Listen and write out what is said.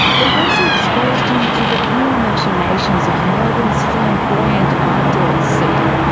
but it also exposed him to the inner machinations of melbourne's flamboyant art dealers' scene.